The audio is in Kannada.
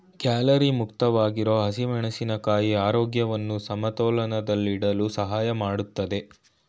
ಕ್ಯಾಲೋರಿ ಮುಕ್ತವಾಗಿರೋ ಹಸಿಮೆಣಸಿನ ಕಾಯಿ ಆರೋಗ್ಯವನ್ನು ಸಮತೋಲನದಲ್ಲಿಡಲು ಸಹಾಯ ಮಾಡ್ತದೆ